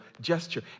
gesture